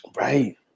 Right